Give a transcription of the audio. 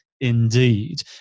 indeed